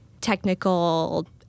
technical